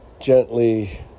gently